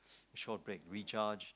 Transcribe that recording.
short break recharge